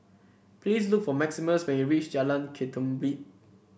please look for Maximus when you reach Jalan Ketumbit